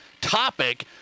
topic